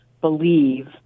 believe